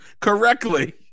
correctly